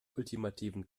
ultimativen